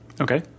Okay